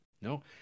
No